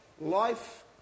life